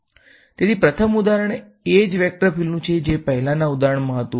તેથી પ્રથમ ઉદાહરણ એ જ વેક્ટર ફીલ્ડનું છે જે પહેલાનાં ઉદાહરણમાં હતું